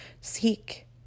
Seek